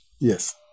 Yes